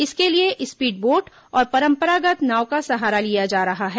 इसके लिए speed boat और परंपरागत् नाव का सहारा लिया जा रहा है